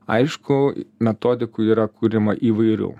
aišku metodikų yra kuriama įvairių